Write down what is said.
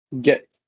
get